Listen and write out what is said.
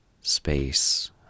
space